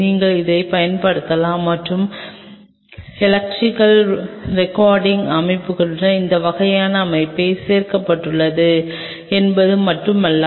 நீங்கள் இதைப் பயன்படுத்தலாம் மற்றும் எலக்ட்ரிகல் ரெகார்டிங் அமைப்புகளுடன் இந்த வகையான அமைப்பு சேர்க்கப்பட்டுள்ளது என்பது மட்டுமல்ல